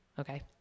Okay